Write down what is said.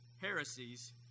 heresies